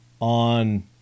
on